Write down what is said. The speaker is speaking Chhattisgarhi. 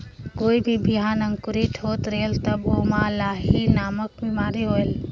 कोई भी बिहान अंकुरित होत रेहेल तब ओमा लाही नामक बिमारी होयल?